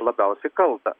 labiausiai kaltą